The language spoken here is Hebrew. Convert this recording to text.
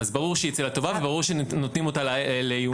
ברור שהיא אצל התובע וברור שנותנים אותה לעיון.